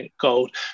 Gold